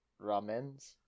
Ramens